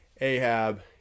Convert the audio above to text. Ahab